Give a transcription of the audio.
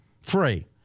free